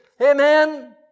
Amen